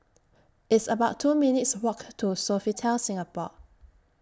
It's about two minutes' Walk to Sofitel Singapore